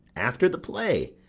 after the play,